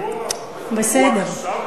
"גלי צה"ל" נסגר?